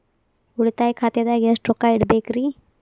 ಉಳಿತಾಯ ಖಾತೆದಾಗ ಎಷ್ಟ ರೊಕ್ಕ ಇಡಬೇಕ್ರಿ?